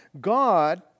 God